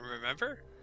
remember